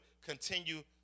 continue